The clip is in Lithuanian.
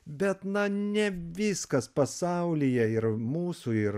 bet na ne viskas pasaulyje ir mūsų ir